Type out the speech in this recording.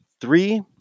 Three